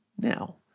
now